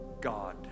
God